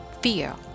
fear